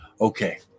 Okay